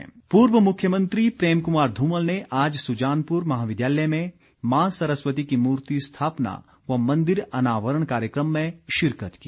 धुमल पूर्व मुख्यमंत्री प्रेम कुमार ध्रमल ने आज सुजानपुर महाविद्यालय में मां सरस्वती की मूर्ति स्थापना व मंदिर अनावरण कार्यक्रम में शिरकत की